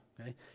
okay